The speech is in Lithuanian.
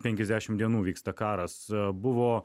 penkiasdešim dienų vyksta karas buvo